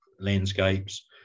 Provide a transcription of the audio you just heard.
landscapes